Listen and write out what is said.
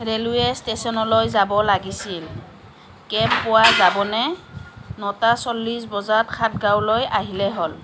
railway ষ্টেচনলৈ যাব লাগিছিল কেব পোৱা যাবনে নটা চল্লিছ বজাত সাতগাঁৱলৈ আহিলেই হ'ল